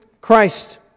Christ